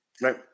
Right